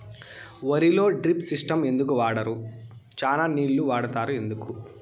వరిలో drip system ఎందుకు వాడరు? చానా నీళ్లు వాడుతారు ఎందుకు?